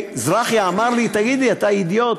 זרחיה אמר לי, תגיד לי, אתה אידיוט,